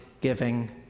giving